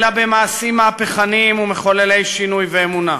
אלא במעשים מהפכניים ומחוללי שינוי ואמונה.